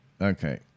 Okay